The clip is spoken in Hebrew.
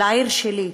לעיר שלי,